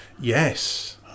Yes